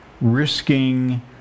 risking